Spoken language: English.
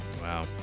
Wow